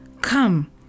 Come